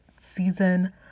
Season